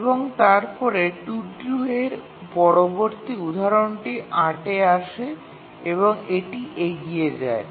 ১ এবং তারপরে T2 এর পরবর্তী উদাহরণটি ৮ এ আসে এবং এটি এগিয়ে যায়